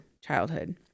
childhood